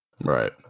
Right